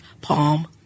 Palm